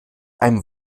einem